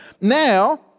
Now